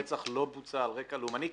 הרצח לא בוצע על רקע לאומני?